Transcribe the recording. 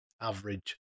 average